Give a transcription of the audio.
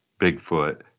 Bigfoot